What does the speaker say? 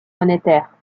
monétaire